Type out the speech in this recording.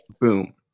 Boom